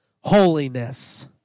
holiness